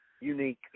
unique